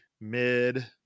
mid